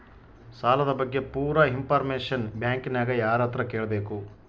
ಸಾಲದ ಬಗ್ಗೆ ಪೂರ ಇಂಫಾರ್ಮೇಷನ ಬ್ಯಾಂಕಿನ್ಯಾಗ ಯಾರತ್ರ ಕೇಳಬೇಕು?